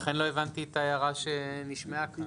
לכן לא הבנתי את ההערה שנשמעה כאן.